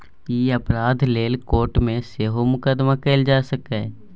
ई अपराध लेल कोर्ट मे सेहो मुकदमा कएल जा सकैए